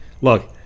Look